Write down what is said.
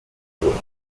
through